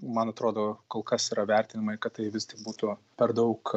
man atrodo kol kas yra vertinimai kad tai vis tik būtų per daug